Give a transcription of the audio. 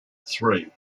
three